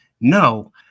No